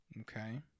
Okay